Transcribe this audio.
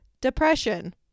depression